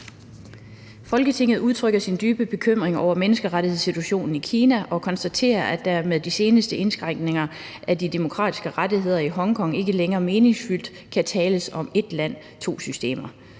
»Folketinget udtrykker sin dybe bekymring over menneskerettighedssituationen i Kina og konstaterer, at der med de seneste indskrænkninger af de demokratiske rettigheder i Hongkong ikke længere meningsfuldt kan tales om ét-land-to-systemer.